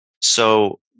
So-